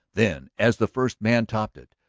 then, as the first man topped it,